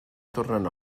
tornen